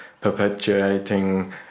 perpetuating